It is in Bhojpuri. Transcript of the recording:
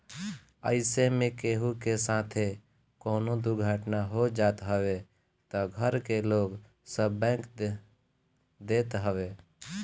अइसे में केहू के साथे कवनो दुर्घटना हो जात हवे तअ घर के लोन सब बैंक देत हवे